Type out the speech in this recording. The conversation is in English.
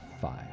five